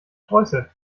streusel